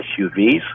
SUVs